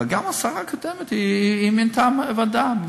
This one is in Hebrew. אבל גם השרה הקודמת מינתה ועדה,